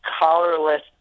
collarless